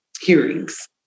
hearings